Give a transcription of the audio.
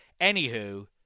Anywho